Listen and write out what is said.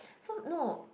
so no